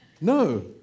No